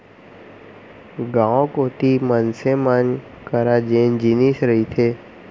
गाँव कोती मनसे मन करा जेन जिनिस रहिथे